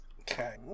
Okay